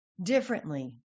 differently